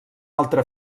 altra